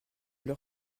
leur